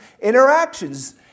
interactions